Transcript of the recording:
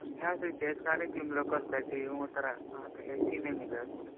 ओहोमे तोरा A C नहि मिलत